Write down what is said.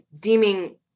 deeming